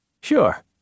Sure